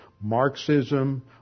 Marxism